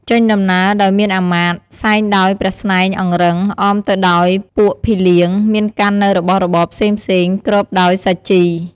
ចេញដំណើរដោយមានអាមាត្យ សែងដោយព្រះស្នែងអង្រឹង អមទៅដោយពួកភីលៀង មានកាន់នូវរបស់របរផ្សេងៗ គ្របដោយសាជី។